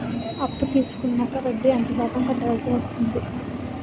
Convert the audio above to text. అప్పు తీసుకున్నాక వడ్డీ ఎంత శాతం కట్టవల్సి వస్తుంది?